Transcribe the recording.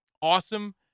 awesome